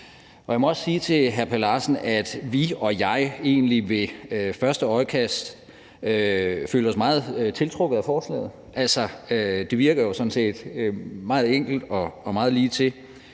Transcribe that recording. Jeg må også sige til hr. Per Larsen, at vi og jeg egentlig ved første øjekast følte os meget tiltrukket af forslaget. Altså, det virker jo sådan set meget enkelt og meget ligetil: